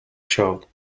show